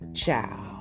Ciao